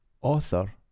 author